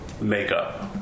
makeup